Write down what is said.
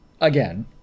Again